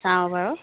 চাওঁ বাৰু